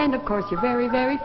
and of course you're very very